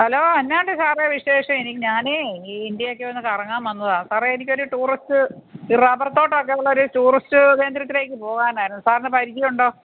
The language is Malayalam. ഹല്ലോ എന്നാ ഉണ്ട് സാറേ വിശേഷം എനിക്ക് ഞാനേ ഈ ഇന്ത്യയൊക്കെ ഒന്ന് കറങ്ങാൻ വന്നതാ സാറേ എനിക്കൊര് ടൂറിസ്റ്റ് റബർത്തോട്ടവൊക്കെയൊള്ളൊരു ടൂറസ്റ്റ് കേന്ദ്രത്തിലേക്ക് പോകാനായിരുന്നു സാറിന് പരിചയമുണ്ടോ